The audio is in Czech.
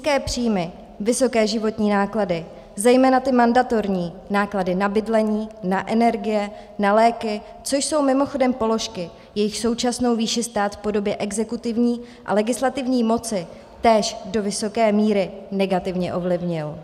Nízké příjmy, vysoké životní náklady, zejména ty mandatorní, náklady na bydlení, na energie, na léky, což jsou mimochodem položky, jejichž současnou výši stát v podobě exekutivní a legislativní moci též do vysoké míry negativně ovlivnil.